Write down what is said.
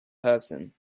person